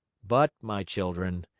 but, my children,